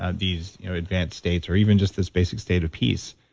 ah these you know advanced states, or even just this basic state of peace.